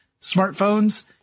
smartphones